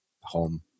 home